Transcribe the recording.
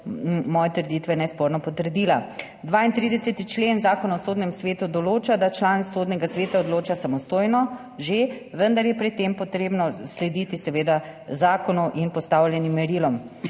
moje trditve nesporno potrdila. 32. člen Zakona o sodnem svetu določa, da član Sodnega sveta odloča samostojno – že, vendar je pri tem potrebno slediti zakonu in postavljenim merilom.